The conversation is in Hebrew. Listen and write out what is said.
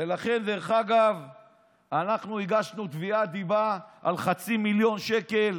ולכן אנחנו הגשנו תביעת דיבה על חצי מיליון שקל,